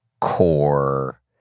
core